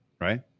right